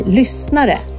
lyssnare